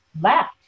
left